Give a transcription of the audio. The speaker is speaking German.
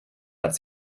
hat